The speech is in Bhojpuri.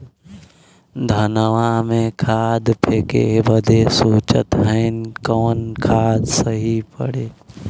धनवा में खाद फेंके बदे सोचत हैन कवन खाद सही पड़े?